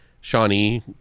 Shawnee